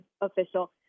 official